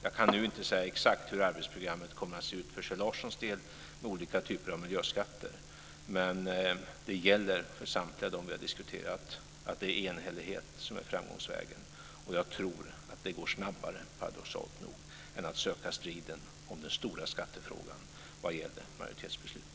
Jag kan nu inte säga exakt hur arbetsprogrammet kommer att se ut för Kjell Larssons del när det gäller olika typer av miljöskatter, men för samtliga de som vi har diskuterat gäller att det är enhällighet som är framgångsvägen, och jag tror att det går snabbare, paradoxalt nog, än att söka striden om den stora skattefrågan när det gäller majoritetsbeslut.